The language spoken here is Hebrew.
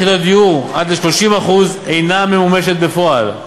יחידות דיור עד ל-30% אינה ממומשת בפועל.